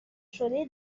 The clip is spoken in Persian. شدی